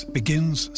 begins